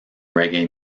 reggae